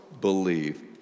believe